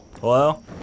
Hello